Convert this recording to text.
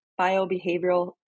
biobehavioral